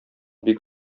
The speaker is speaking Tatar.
бик